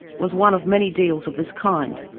was one of many deals of this kind.